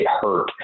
hurt